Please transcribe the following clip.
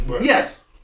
yes